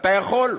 אתה יכול.